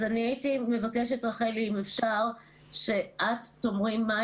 אז אני הייתי מבקשת רחלי אם אפשר שאת תאמרי מה